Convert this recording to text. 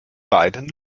beiden